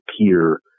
appear